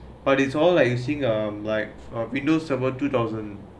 but it's all like um like um Windows server two thousand